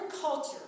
culture